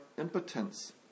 impotence